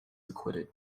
acquitted